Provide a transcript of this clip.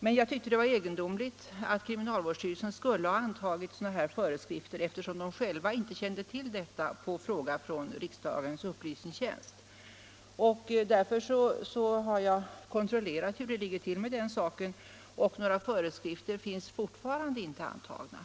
Men jag tyckte att det var egendomligt att kriminalvårdsstyrelsen skulle ha antagit sådana här föreskrifter, eftersom man där inte kände till dessa vid fråga från riksdagens upplysningstjänst. Därför har jag kontrollerat hur det ligger till med den saken, och några föreskrifter finns fortfarande inte antagna.